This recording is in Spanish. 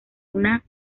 una